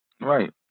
Right